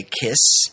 Kiss